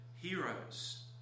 heroes